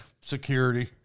Security